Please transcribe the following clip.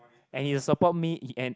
and he will support me and